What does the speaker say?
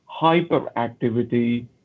hyperactivity